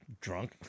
drunk